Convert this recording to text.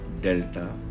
Delta